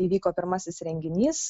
įvyko pirmasis renginys